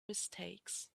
mistakes